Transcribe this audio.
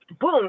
boom